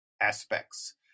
aspects